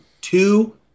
two